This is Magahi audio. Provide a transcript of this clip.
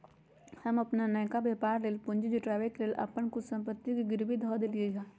हम अप्पन नयका व्यापर लेल पूंजी जुटाबे के लेल अप्पन कुछ संपत्ति के गिरवी ध देलियइ ह